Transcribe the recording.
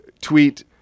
Tweet